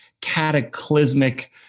cataclysmic